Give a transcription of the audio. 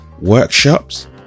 workshops